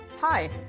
Hi